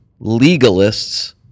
Legalists